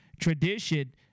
tradition